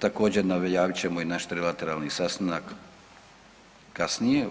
Također najavit ćemo i naš trilateralni sastanak kasnije